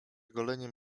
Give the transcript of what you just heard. goleniem